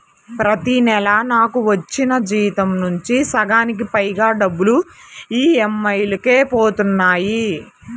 ప్రతి నెలా నాకు వచ్చిన జీతం నుంచి సగానికి పైగా డబ్బులు ఈ.ఎం.ఐ లకే పోతన్నాయి